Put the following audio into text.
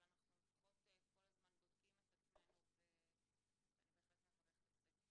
אבל אנחנו כל הזמן בודקים את עצמנו ואני בהחלט מברכת על זה.